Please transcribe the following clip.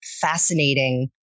fascinating